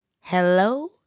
hello